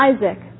Isaac